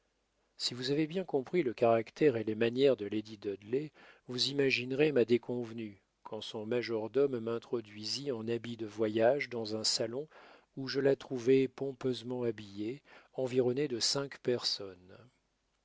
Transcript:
si vous avez bien compris le caractère et les manières de lady dudley vous imaginerez ma déconvenue quand son majordome m'introduisit en habit de voyage dans un salon où je la trouvai pompeusement habillée environnée de cinq personnes